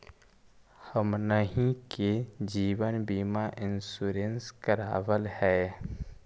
हमनहि के जिवन बिमा इंश्योरेंस करावल है?